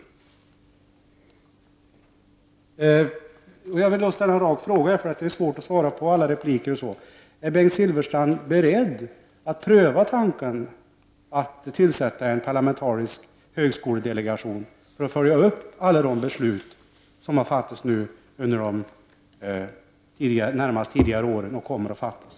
Jag vill därför ställa en rak fråga till Bengt Silfverstrand — jag förstår att det är svårt att svara på alla repliker: Är Bengt Silfverstrand beredd att pröva tanken att tillsätta en parlamentarisk högskoledelegation för att följa upp alla de beslut som har fattats under de närmast föregående åren och som kommer att fattas?